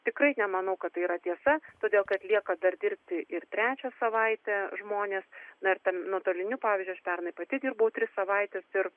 tikrai nemanau kad tai yra tiesa todėl kad lieka dar dirbti ir trečią savaitę žmonės na ir ten nuotoliniu pavyzdžiui aš pernai pati dirbau tris savaites ir